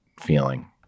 feeling